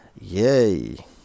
Yay